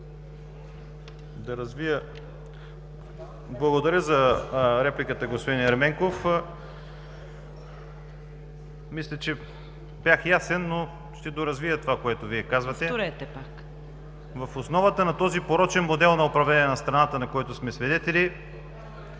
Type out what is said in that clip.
Благодаря за репликата, господин Ерменков. Мисля, че бях ясен, но ще доразвия това, което Вие казахте. В основата на този порочен модел на управление на страната, на който сме свидетели,